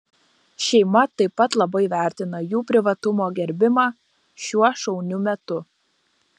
šeima taip pat labai vertina jų privatumo gerbimą šiuo šauniu metu